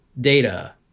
data